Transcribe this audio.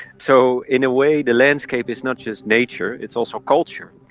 so, in a way, the landscape is not just nature, it's also culture.